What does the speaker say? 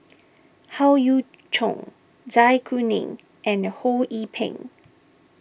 Howe Yoon Chong Zai Kuning and Ho Yee Ping